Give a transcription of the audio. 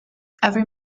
every